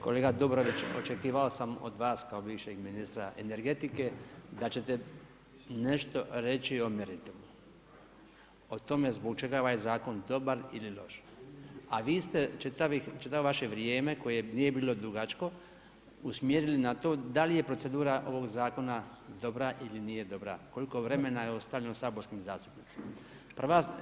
Kolega Dobrović očekivao sam od vas kao bivšeg ministra energetike da ćete nešto reći o meritumu, o tome zbog čega je ovaj zakon dobar ili loš, a vi ste čitavo vaše vrijeme koje je nije bilo dugačko usmjerili na to da li je procedura ovog zakona dobra ili nije dobra koliko vremena je ostavljeno saborskim zastupnicima.